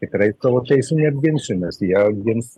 tikrai savo teisių neapginsiu nes jei apgins